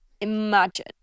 imagine